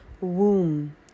womb